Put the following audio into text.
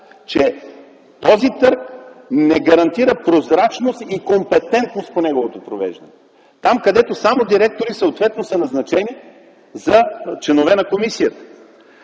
че този търг не гарантира прозрачност и компетентност по неговото провеждане. Там, където са назначени само директори за членове на комисията.